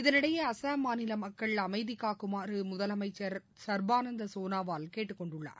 இதனிடையே அசாம் மாநில மக்கள் அமைதி காக்குமாறு முதலமைச்சர் சர்பானந்த் சோனவால் கேட்டுக்கொண்டுள்ளார்